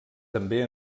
també